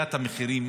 עליית המחירים,